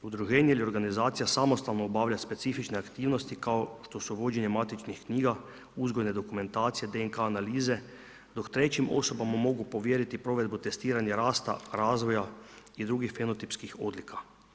Udruženje ili organizacija samostalno obavlja specifične aktivnosti kao što su vođenje matičnih knjiga, uzgojne dokumentacije DNK analize, dok trećim osobama mogu povjeriti provedbu testiranja rasta razvoja i drugih ... odlika.